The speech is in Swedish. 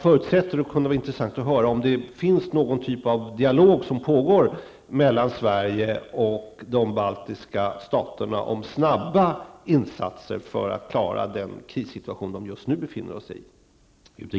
Det kunde vara intressant att höra om det pågår någon typ av dialog mellan Sverige och de baltiska staterna om snabba åtgärder för att klara den krissituation som de just nu befinner sig i.